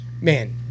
man